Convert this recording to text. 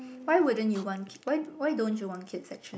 why wouldn't you want kid why why don't you want kid actually